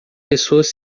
pessoas